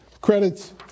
credits